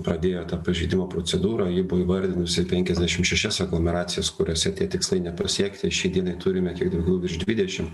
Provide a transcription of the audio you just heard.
pradėjo tą pažeidimo procedūrą ji buvo įvardinusi penkiasdešim šešias aglomeracijas kuriose tie tikslai nepasiekti šiai dienai turime kiek daugiau virš dvidešim